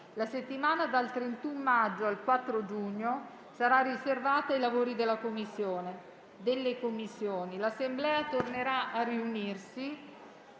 La settimana dal 31 maggio al 4 giugno sarà riservata ai lavori delle Commissioni. L'Assemblea tornerà a riunirsi